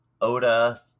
oda